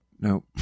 Nope